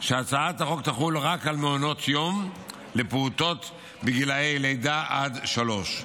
שהצעת החוק תחול רק על מעונות יום לפעוטות בגילי לידה עד שלוש.